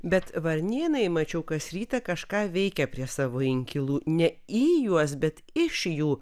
bet varnėnai mačiau kas rytą kažką veikia prie savo inkilų ne į juos bet iš jų